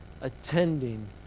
attending